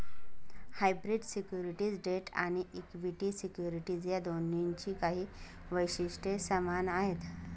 hybrid securities debt आणि equity securities या दोन्हींची काही वैशिष्ट्ये समान आहेत